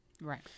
Right